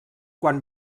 quan